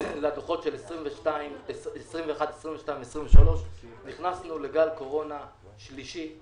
לדוחות של 21, 22, 23, נכנסנו לגל קורונה שלישי,